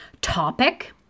topic